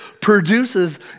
produces